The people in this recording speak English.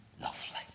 lovely